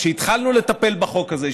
כשהתחלנו לטפל בחוק הזה,